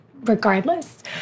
regardless